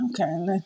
okay